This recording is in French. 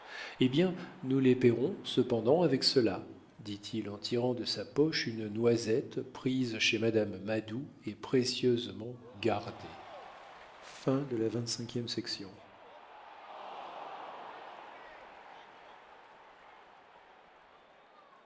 eh bien nous les paierons cependant avec cela dit-il en tirant de sa poche une noisette prise chez madame madou et précieusement gardée